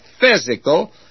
physical